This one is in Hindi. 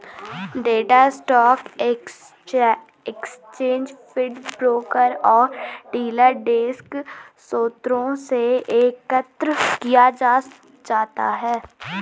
data stock exchange feed, broker और डीलर डेस्क स्रोतों से एकत्र किया जाता है